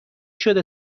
شده